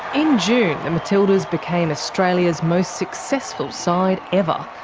in june the matildas became australia's most successful side ever,